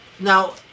Now